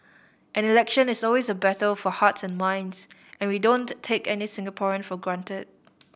an election is always a battle for hearts and minds and we don't take any Singaporean for granted